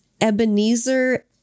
Ebenezer